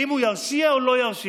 האם הוא ירשיע או לא ירשיע?